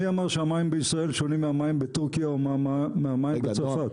מי אמר שהמים בישראל שונים מהמים בטורקיה או מהמים בצרפת?